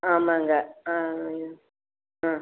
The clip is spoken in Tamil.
ஆமாங்க ஆ ஆ